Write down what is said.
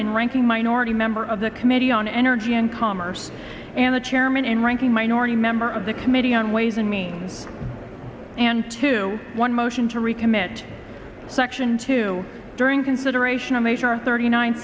and ranking minority member of the committee on energy and commerce and the chairman and ranking minority member of the committee on ways and means and two one motion to recommit section two during consideration of h r thirty nine